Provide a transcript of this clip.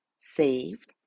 saved